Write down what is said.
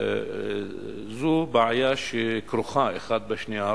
אלה בעיות שכרוכות אחת בשנייה.